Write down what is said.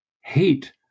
hate